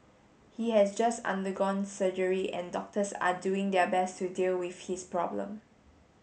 he has just undergone surgery and doctors are doing their best to deal with his problem